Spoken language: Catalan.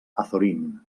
azorín